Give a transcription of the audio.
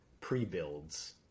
pre-builds